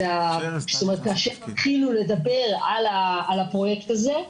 בעצם כאשר התחילו לדבר על הפרויקט הזה.